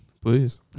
please